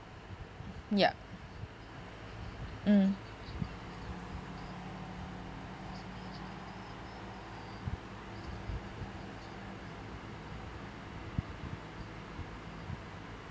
yup mm